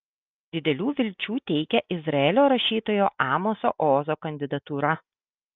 didelių vilčių teikia izraelio rašytojo amoso ozo kandidatūra